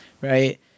Right